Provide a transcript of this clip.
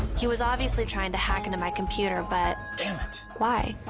he was obviously trying to hack into my computer, but. damn it. why?